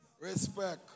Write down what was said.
Respect